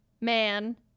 man